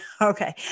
Okay